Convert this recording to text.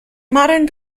modern